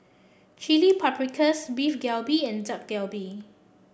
chili Paprikas Beef Galbi and Dak Galbi